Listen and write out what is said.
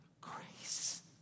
grace